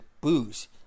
booze